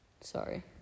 Sorry